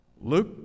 Luke